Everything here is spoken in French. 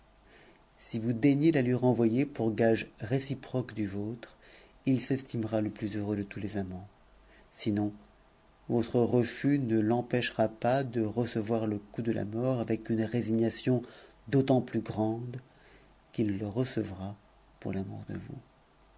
si vous daigncz la lui renvoyer pour gage réciproque du vôtre il s'estimera le plus heureux de tous les amants sinon votre refus ne l'empêchera pas de recevoir le coup de a'mort avec une résignation d'autant plus grande qu'i f recevra pour l'amour de vous